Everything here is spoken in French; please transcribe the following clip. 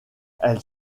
elle